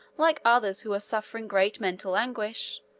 like others who are suffering great mental anguish,